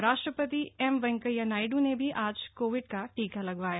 उपराष्ट्रपति एम वेंकैया नायड् ने भी आज कोविड का टीका लगवाया